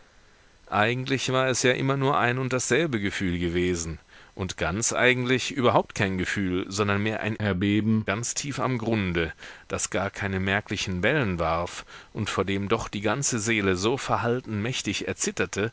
eigentlich war es ja immer nur ein und dasselbe gefühl gewesen und ganz eigentlich überhaupt kein gefühl sondern mehr ein erbeben ganz tief am grunde das gar keine merklichen wellen warf und vor dem doch die ganze seele so verhalten mächtig erzitterte